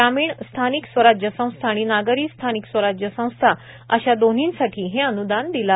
ग्रामीण स्थानिक स्वराज्य संस्था आणि नागरी स्थानिक स्वराज्य संस्था अशा दोन्हींसाठी हे अन्दान दिलं आहे